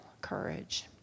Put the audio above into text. courage